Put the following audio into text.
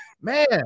man